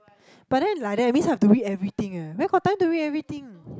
but then like that means have to read everything eh where got time to read everything